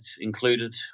included